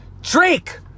Drake